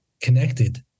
connected